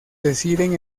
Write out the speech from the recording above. deciden